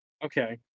Okay